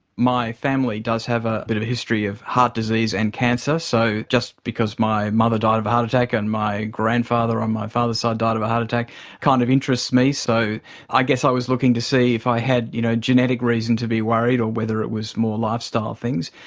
my family does have a bit of a history of heart disease and cancer, so just because my mother died of a heart attack and my grandfather on my father's side died of a heart attack kind of interests me. so i guess i was looking to see if i had you know a genetic reason to be worried or whether it was more lifestyle things.